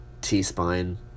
t-spine